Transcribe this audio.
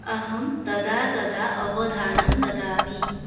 अहं तदा तदा अवधानं ददामि